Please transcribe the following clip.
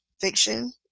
fiction